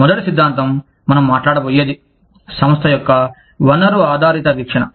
మొదటి సిద్ధాంతం మనం మాట్లాడబోయేది సంస్థ యొక్క వనరు ఆధారిత వీక్షణ